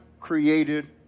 created